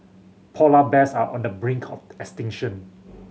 polar bears are on the brink of extinction